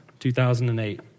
2008